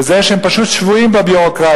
בזה שהם פשוט שבויים בביורוקרטיה,